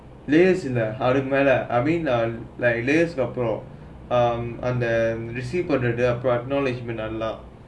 layers in a hurry அதுக்கும் மேல:athukum mela I mean like layers are proud um and then received their prime acknowledgement unlocked